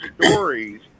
stories